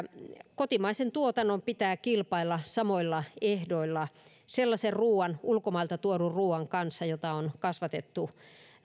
kotimaisen tuotannon pitää kilpailla samoilla ehdoilla sellaisen ruoan ulkomailta tuodun ruoan kanssa jota on kasvatettu